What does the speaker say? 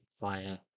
via